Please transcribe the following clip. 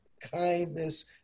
kindness